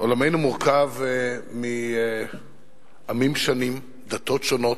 עולמנו מורכב מעמים שונים, דתות שונות,